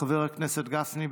חבר הכנסת גפני,